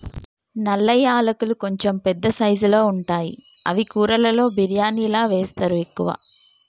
నల్ల యాలకులు కొంచెం పెద్ద సైజుల్లో ఉంటాయి అవి కూరలలో బిర్యానిలా వేస్తరు ఎక్కువ